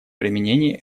применении